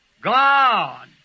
God